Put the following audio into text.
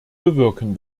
bewirken